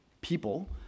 people